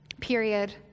Period